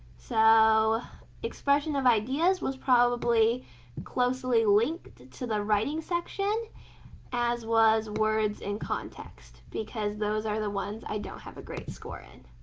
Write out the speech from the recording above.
so expression of ideas was probably closely linked to the writing section as was words in context because those are the ones i don't have a great score in.